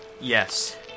Yes